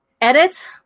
edit